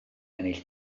ennill